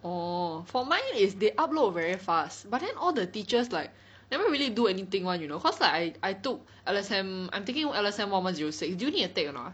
orh for mine is they upload very fast but then all the teachers like never really do anything [one] you know cause like I I took L_S_M I'm taking L_S_M one one zero six do you need to take a not ah